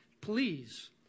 Please